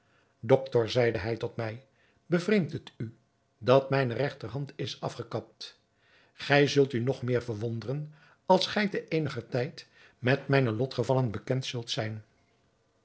doctor zeide hij tot mij bevreemdt het u dat mijne regterhand is afgekapt gij zult u nog meer verwonderen als gij te eeniger tijd met mijne lotgevallen bekend zult zijn